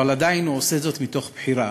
אבל עדיין הוא עושה זאת מתוך בחירה,